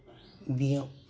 बियाव